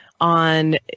On